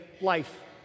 life